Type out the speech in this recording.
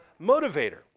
motivator